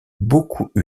beaucoup